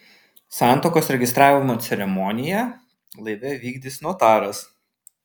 santuokos registravimo ceremoniją laive vykdys notaras